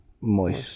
moist